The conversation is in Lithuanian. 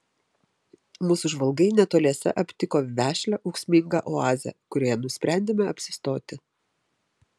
mūsų žvalgai netoliese aptiko vešlią ūksmingą oazę kurioje nusprendėme apsistoti